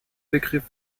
begriff